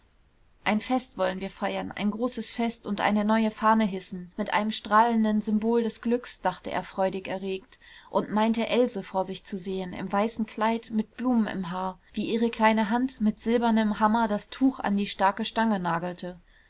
ein fest wollen wir feiern ein großes fest und eine neue fahne hissen mit einem strahlenden symbol des glücks dachte er freudig erregt und meinte else vor sich zu sehen im weißen kleid mit blumen im haar wie ihre kleine hand mit silbernem hammer das tuch an die starke stange nagelte